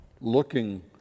looking